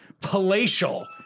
palatial